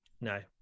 no